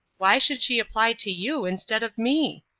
why should she apply to you instead of me?